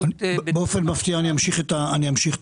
באופן מפתיע אני אמשיך את הקו.